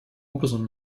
образом